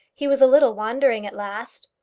he was a little wandering at last.